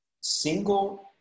single